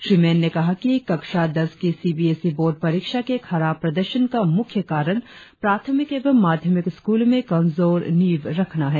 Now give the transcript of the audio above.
श्री मेन ने कहा कि कक्षा दस की C B S E board परीक्षा के खराब प्रदर्शन का मुख्य कारण प्राथमिक एवं माध्यमिक स्कूलो में कमजोर नींव रखना है